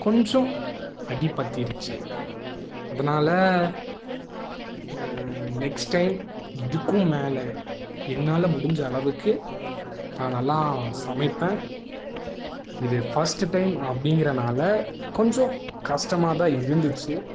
கொஞ்சம் அடிப் பத்திருச்சு அதனால நெக்ஸ்ட் டைம் இதுக்கும் மேலே என்னால் முடிஞ்ச அளவுக்கு நான் நல்லா சமைப்பேன் இது ஃபஸ்ட்டு டைம் அப்படிங்கிறனால கொஞ்சம் கஸ்டமாக தான் இருந்துச்சு